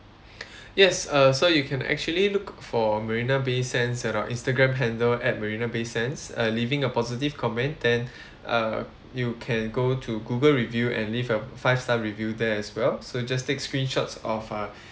yes uh so you can actually look for marina bay sands at our instagram handle at marina bay sands uh leaving a positive comment then uh you can go to google review and leave a five star review there as well so just take screenshots of uh